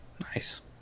nice